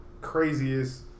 craziest